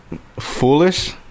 foolish